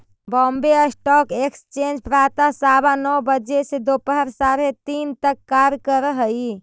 Bombay stock exchange प्रातः सवा नौ बजे से दोपहर साढ़े तीन तक कार्य करऽ हइ